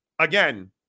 again